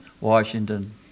Washington